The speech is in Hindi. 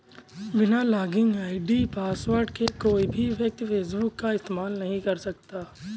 बिना लॉगिन आई.डी पासवर्ड के कोई भी व्यक्ति फेसबुक का इस्तेमाल नहीं कर सकता